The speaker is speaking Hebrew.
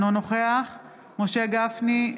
אינו נוכח משה גפני,